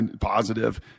positive